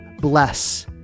bless